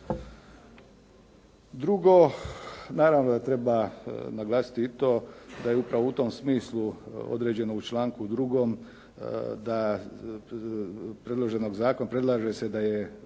Drugo, naravno da treba naglasiti i to da je upravo u tom smislu određenom članku 2. da predloženog zakona, predlaže se da je